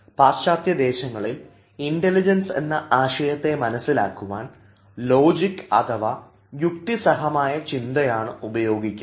പശ്ചാത്യ ദേശങ്ങളിൽ ഇൻറലിജൻസ് എന്ന ആശയത്തെ മനസ്സിലാക്കുവാൻ ലോജിക് അഥവാ യുക്തിസഹമായ ചിന്തയാണ് ഉപയോഗിക്കുന്നത്